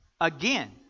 again